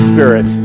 Spirit